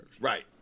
Right